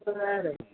बरोबर